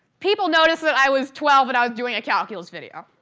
people noticed that i was twelve and i was doing a calculus video.